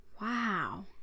Wow